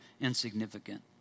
insignificant